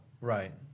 Right